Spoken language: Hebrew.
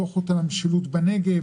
כמו דוחות על המשילות בנגב,